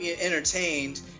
entertained